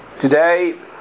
Today